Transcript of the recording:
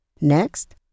Next